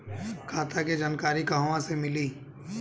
खाता के जानकारी कहवा से मिली?